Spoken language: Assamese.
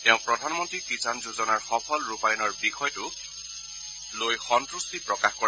তেওঁ প্ৰধানমন্ত্ৰী কিষাণ যোজনাৰ সফল ৰূপায়ণৰ বিষয়টোক লৈ সন্তুষ্টি প্ৰকাশ কৰে